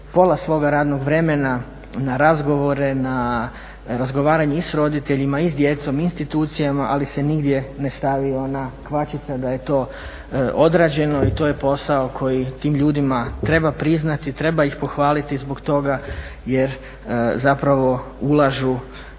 pola svoga radnog vremena na razgovore, na razgovaranje i sa roditeljima i sa djecom i institucijama. Ali se nigdje ne stavi ona kvačica da je to odrađeno i to je posao koji tim ljudima treba priznati, treba ih pohvaliti zbog toga jer zapravo ulažu